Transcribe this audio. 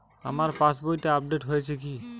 আমার পাশবইটা আপডেট হয়েছে কি?